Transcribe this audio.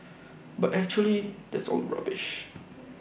but actually that's all rubbish